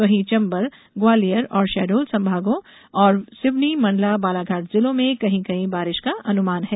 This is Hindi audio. वहीं चंबल ग्वालियर व शहडोल संभागों और सिवनी मंडला बालाघाट जिलों में कहीं कहीं बारिश का अनुमान है